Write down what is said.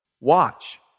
Watch